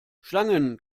schlangen